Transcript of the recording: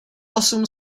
osm